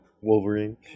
Wolverine